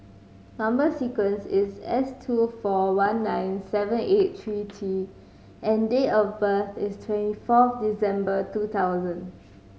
number sequence is S two four one nine seven eight three T and date of birth is twenty fourth December two thousand